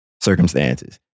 circumstances